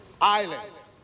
Islands